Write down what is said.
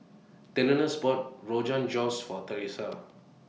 Delois bought Rogan Josh For Theresa